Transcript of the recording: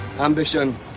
Ambition